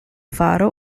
faro